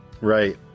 Right